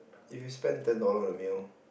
if you spend ten dollar on a meal